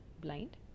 blind